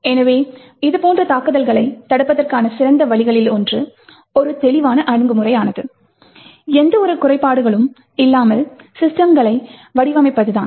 எனவே இதுபோன்ற தாக்குதல்களைத் தடுப்பதற்கான சிறந்த வழிகளில் ஒன்று ஒரு தெளிவான அணுகுமுறையானது எந்தவொரு குறைபாடுகளும் இல்லாமல் சிஸ்டம்களை வடிவமைப்பது தான்